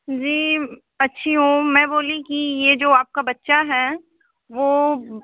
जी अच्छी हूँ मैं बोली कि यह जो आपका बच्चा है वह